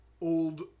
old